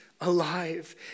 alive